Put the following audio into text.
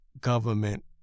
government